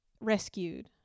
rescued